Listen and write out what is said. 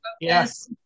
Yes